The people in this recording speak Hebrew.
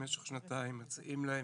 מלווים את המשפחות במשך שנתיים, מציעים להם